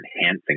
enhancing